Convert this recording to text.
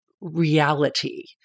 reality